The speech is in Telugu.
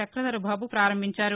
చక్రధరబాబు పారంభించారు